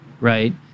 right